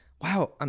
wow